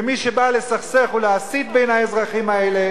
ומי שבא לסכסך ולהסית בין האזרחים האלה